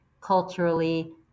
culturally